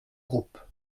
groupe